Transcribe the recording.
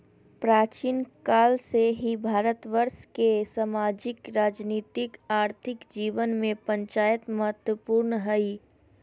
प्राचीन काल से ही भारतवर्ष के सामाजिक, राजनीतिक, आर्थिक जीवन में पंचायत महत्वपूर्ण हइ